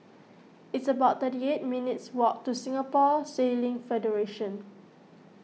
it's about thirty eight minutes' walk to Singapore Sailing Federation